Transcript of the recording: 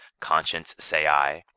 conscience, say i,